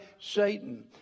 Satan